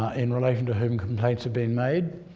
ah in relation to whom complaints have been made,